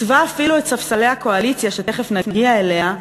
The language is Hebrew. עיצבה אפילו את ספסלי הקואליציה, שתכף נגיע אליה,